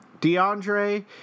DeAndre